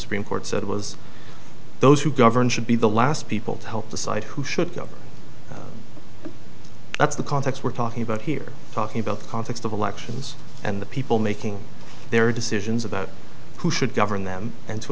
supreme court said was those who govern should be the last people to help decide who should go that's the context we're talking about here talking about the context of elections and the people making their decisions about who should govern them and to